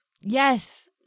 Yes